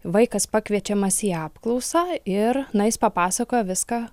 vaikas pakviečiamas į apklausą ir na jis papasakoja viską